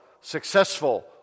successful